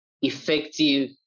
effective